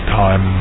time